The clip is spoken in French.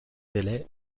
délai